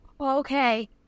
Okay